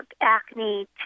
acne